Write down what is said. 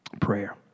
Prayer